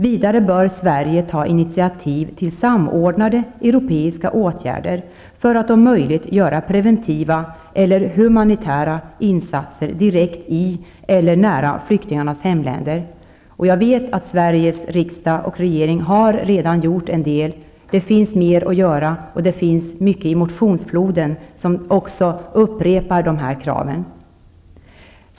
Vidare bör Sverige ta initiativ till samordnade europeiska åtgärder för att om möjligt göra preventiva eller humanitära insatser direkt i eller nära flyktingarnas hemländer. Jag vet att Sveriges riksdag och regering redan har gjort en del -- det finns mer att göra, och det finns mycket i motionsfloden där de kraven upprepar.